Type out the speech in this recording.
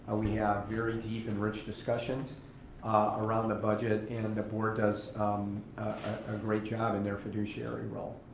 ah we have very deep and rich discussions around the budget and and the board does a great job in their fiduciary role.